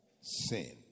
sin